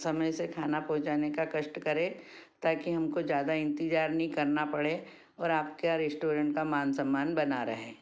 समय से खाना पहुँचाने का कष्ट करें ताकी हमको ज़्यादा इंतजार नहीं करना पड़े और आपका रेस्टोरेंट का मान सम्मान बना रहे